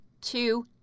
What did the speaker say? two